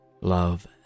love